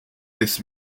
this